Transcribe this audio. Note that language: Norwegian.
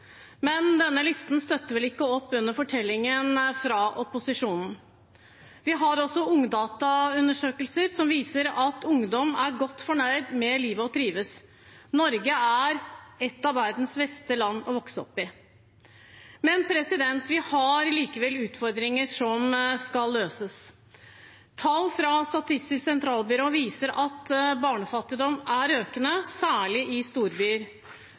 men denne listen støtter vel ikke opp under fortellingen fra opposisjonen. Vi har Ungdata-undersøkelser som viser at ungdom er godt fornøyd med livet og trives. Norge er et av verdens beste land å vokse opp i. Men vi har likevel utfordringer som skal løses. Tall fra Statistisk sentralbyrå viser at barnefattigdom er økende, særlig i storbyer.